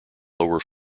lower